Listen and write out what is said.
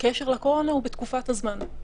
הקשר לקורונה הוא בתקופת הזמן.